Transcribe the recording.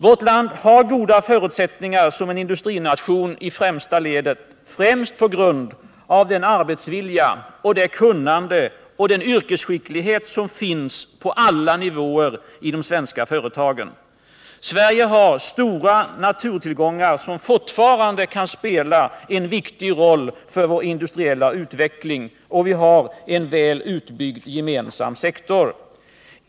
Vårt land har goda förutsättningar som en industrination i första ledet, främst på grund av den arbetsvilja, det kunnande och den yrkesskicklighet som finns på alla nivåer i de svenska företagen. Sverige har stora värdefulla naturtillgångar, som fortfarande kan spela en viktig roll för vår industriella utveckling. Vi har en väl utbyggd gemensam sektor.